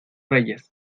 reyes